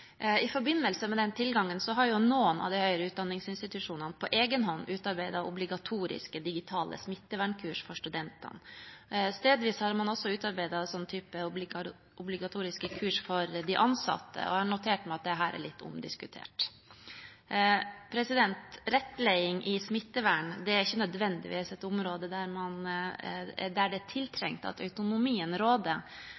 I forbindelse med den tilgangen har noen av de høyere utdanningsinstitusjonene på egen hånd utarbeidet obligatoriske digitale smittevernkurs for studentene. Stedvis har man også utarbeidet en sånn type obligatoriske kurs for de ansatte, og jeg har notert meg at dette er litt omdiskutert. Rettledning i smittevern er ikke nødvendigvis et område der det er